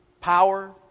power